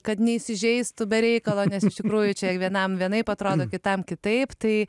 kad neįsižeistų be reikalo nes iš tikrųjų čia vienam vienaip atrodo kitam kitaip tai